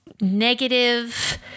negative